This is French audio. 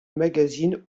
magazine